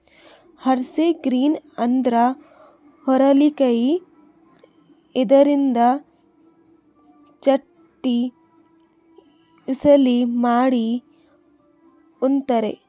horse grain ಅಂದ್ರ ಹುರಳಿಕಾಯಿ ಇದರಿಂದ ಚಟ್ನಿ, ಉಸಳಿ ಮಾಡಿ ಉಂತಾರ್